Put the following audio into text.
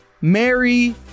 Mary